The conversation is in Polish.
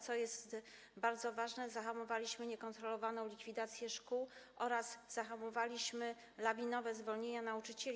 Co jest bardzo ważne, zahamowaliśmy niekontrolowaną likwidację szkół oraz zahamowaliśmy lawinowe zwolnienia nauczycieli.